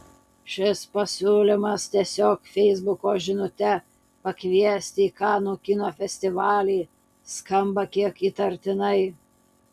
šis pasiūlymas tiesiog feisbuko žinute pakviesti į kanų kino festivalį skamba kiek įtartinai